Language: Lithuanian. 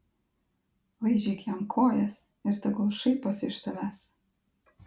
laižyk jam kojas ir tegul šaiposi iš tavęs